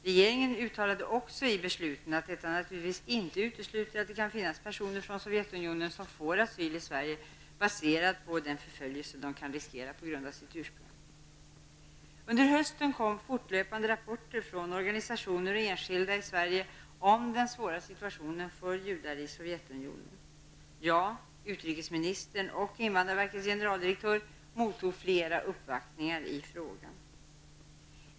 Regeringen uttalade också i besluten att detta naturligtvis inte utesluter att det kan finnas personer från Sovjetunionen som får asyl i Sverige baserad på den förföljelse som de kan riskera på grund av sitt ursprung. Under hösten kom fortlöpande rapporter från organisationer och enskilda i Sverige om den svåra situationen för judar i Sovjetunionen. Jag, utrikesministern och invandrarverkets generaldirektör mottog flera uppvaktningar i frågan.